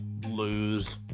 lose